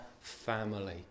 family